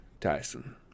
Tyson